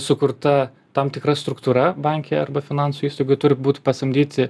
sukurta tam tikra struktūra banke arba finansų įstaigoj turi būti pasamdyti